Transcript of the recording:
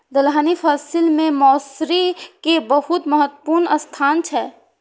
दलहनी फसिल मे मौसरी के बहुत महत्वपूर्ण स्थान छै